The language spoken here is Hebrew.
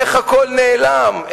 איך הכול נעלם?